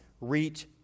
reach